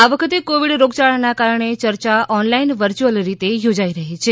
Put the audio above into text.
આ વખતે કોવિડ રોગયાળાના કારણે ચર્ચા ઓનલાઇન વર્યુઅલ મોડમાં થોજાઈ રહ્યી છે